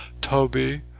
Toby